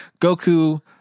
Goku